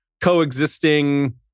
coexisting